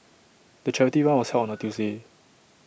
the charity run was held on A Tuesday